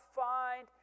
find